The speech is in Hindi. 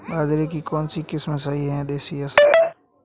बाजरे की कौनसी किस्म सही हैं देशी या संकर?